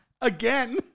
again